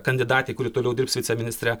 kandidatei kuri toliau dirbs viceministre